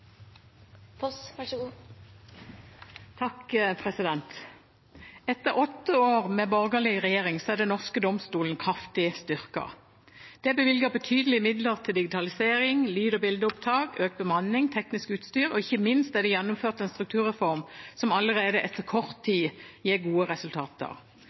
norske domstolen kraftig styrket. Det er bevilget betydelige midler til digitalisering, lyd og bildeopptak, økt bemanning og teknisk utstyr, og ikke minst er det gjennomført en strukturreform som allerede etter kort tid gir gode resultater.